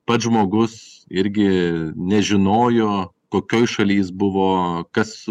pats žmogus irgi nežinojo kokioj šaly jis buvo kas